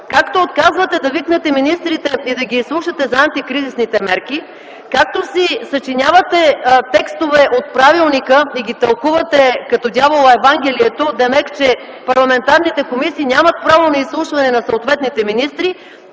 Както отказвате да викнете министрите и да ги изслушате за антикризисните мерки, както си съчинявате текстове от Правилника и ги тълкувате като дявола Евангелието, демек че парламентарните комисии нямат право на изслушване на съответните министри,